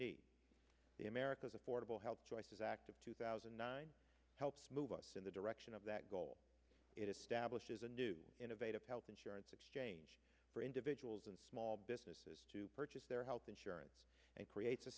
need the america's affordable health choices act of two thousand and nine helps move us in the direction of that goal it establishes a new innovative health insurance exchange for individuals and small businesses to purchase their health insurance and creates a